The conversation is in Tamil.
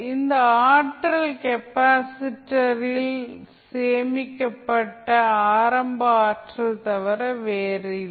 இந்த ஆற்றல் கெப்பாசிட்டரில் சேமிக்கப்பட்ட ஆரம்ப ஆற்றலைத் தவிர வேறில்லை